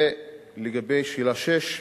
לגבי שאלה 6,